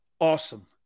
awesome